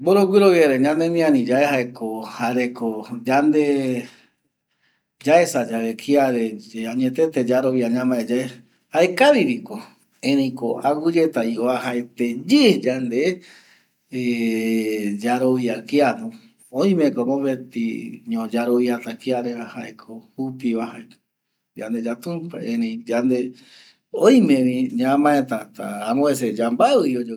Mboroguɨroviare ñanemiari yae jaeko jareko yande yaesa yave añetete yarovia ñamae yae jaekaviviko erei aguɨyetako oajaeteye yande yarovia kiano, omeko mopetiño yaroviata kiareva jaeko jupiva jaeko yandeya Tumpa erei yande erei oimevi hasta amovecepe yambavɨvi oyoɨpe